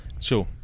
Sure